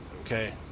okay